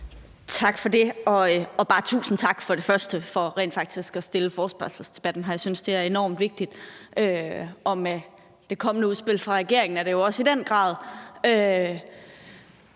og fremmest bare sige tusind tak for rent faktisk at rejse forespørgselsdebatten. Jeg synes, at det er enormt vigtigt, og med det kommende udspil fra regeringen er det også i den grad